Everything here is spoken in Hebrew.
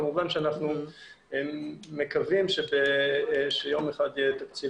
כמובן שאנחנו מקווים שיום אחד יהיה תקציב